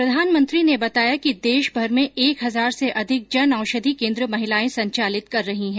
प्रधानमंत्री ने बताया कि देशभर में एक हजार से अधिक जन औषधि केन्द्र महिलाएं संचालित करे रही हैं